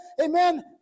amen